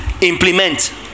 implement